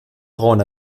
frauen